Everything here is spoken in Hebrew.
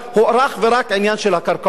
הוא אך ורק העניין של הקרקעות.